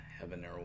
Heaven